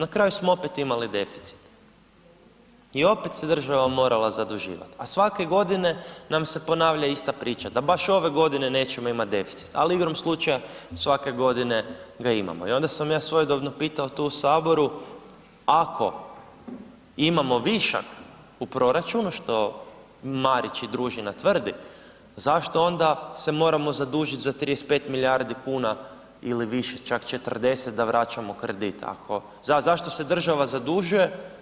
Na kraju smo opet imali deficit i opet se država morala zaduživati, a svake godine nam se ponavlja ista priča, da baš ove godine nećemo imati deficita, ali igrom slučaja, svake godine ga imamo i onda sam ja svojedobno pitao tu u Saboru, ako imamo višak u proračunu što Marić i družina tvrdi, zašto onda se moramo zadužiti za 35 milijardi kuna ili više čak, 40, da vraćamo kredit, ako, zašto se država zadužuje?